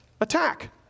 Attack